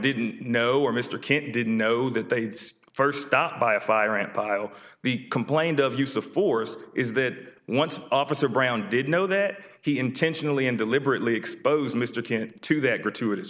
didn't know or mr can't didn't know that they first stop by a fire and pile the complaint of use of force is that once officer brown did know that he intentionally and deliberately expose mr kant to that gratuitous